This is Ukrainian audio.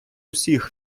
усіх